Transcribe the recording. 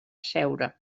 seure